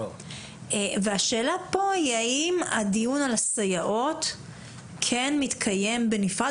השאלה פה היא האם הדיון על הסייעות כן מתקיים בנפרד